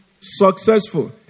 successful